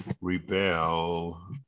rebel